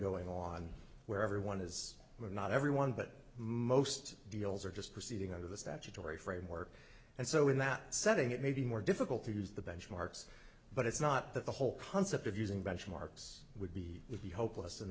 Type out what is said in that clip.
going on where everyone is not everyone but most deals are just proceeding under the statutory framework and so in that setting it may be more difficult to use the benchmarks but it's not that the whole concept of using benchmarks would be would be hopeless and